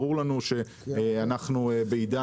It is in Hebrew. ברור לנו שאנחנו בעידן